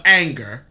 anger